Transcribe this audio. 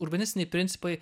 urbanistiniai principai